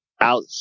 out